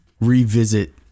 revisit